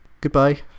Goodbye